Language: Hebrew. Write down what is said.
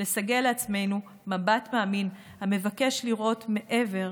לסגל לעצמנו מבט מאמין המבקש לראות מעבר,